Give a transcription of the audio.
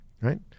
Right